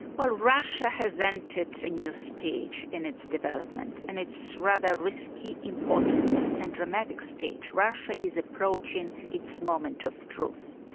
well russia has entered a new stage in its development, and it's rather risky, important and dramatic state. russia is approaching its moment of truth,